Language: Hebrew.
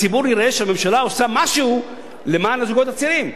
הציבור יראה שהממשלה עושה משהו למען הזוגות הצעירים.